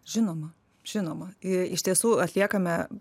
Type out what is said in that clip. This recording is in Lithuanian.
žinoma žinoma i iš tiesų atliekame